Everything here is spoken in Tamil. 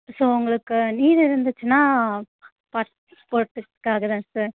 ஸோ உங்களுக்கு நீட் இருந்துச்சுன்னா பார்த்துட்டு போகிறதுக்காகதான் சார்